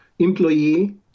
employee